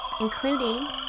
including